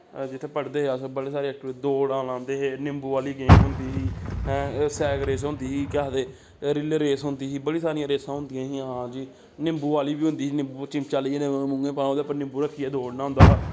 जित्थै पढ़दे हे अस बड़ी सारी दौड़ां लांदे हे निम्बू आह्ली गेम होंदी ही हैं सैक रेस होंदी ही केह् आखदे रिले रेस होंदी ही बड़ी सारियां रेसां होंदियां हियां जी निम्बू आह्ली बी होंदी ही निम्बू चिमचा लेइयै मुंहे च पाओ ते उप्पर निम्बू रखियै दौड़ना होंदा हा